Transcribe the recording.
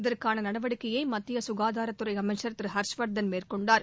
இதற்கான நடவடிக்கையை மத்திய சுகாதாரத்துறை அமைச்சர் திரு ஹர்ஷ்வர்தன் மேற்கொண்டார்